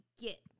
get